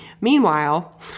meanwhile